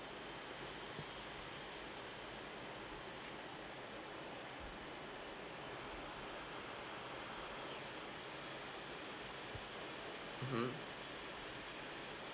mmhmm